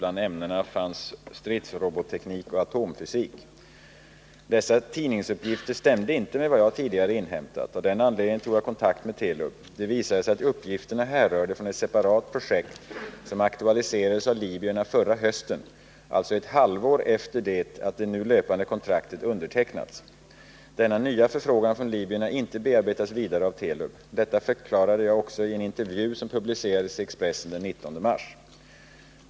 Bland ämnena fanns stridsrobotteknik och atomfysik. Dessa tidningsuppgifter stämde inte med vad jag tidigare inhämtat. Av den anledningen tog jag kontakt med Telub. Det visade sig att uppgifterna härrörde från ett separat projekt som aktualiserades av libyerna förra hösten —- alltså ett halvår efter att det nu löpande kontraktet undertecknats. Denna nya förfrågan från Libyen har inte bearbetats vidare av Telub. Detta förklarade jag också i en intervju som publicerades i Expressen den 19 mars.